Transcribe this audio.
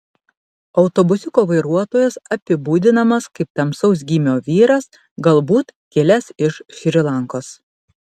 autobusiuko vairuotojas apibūdinamas kaip tamsaus gymio vyras galbūt kilęs iš šri lankos